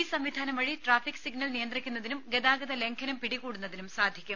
ഈ സംവിധാനം വഴി ട്രാഫിക് സിഗ്നൽ നിയന്ത്രിക്കുന്നതിനും ഗതാഗത ലംഘനം പിടികൂടുന്നതിനും സാധിക്കും